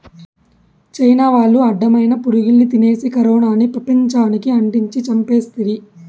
China వాళ్లు అడ్డమైన పురుగుల్ని తినేసి కరోనాని పెపంచానికి అంటించి చంపేస్తిరి